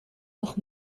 toch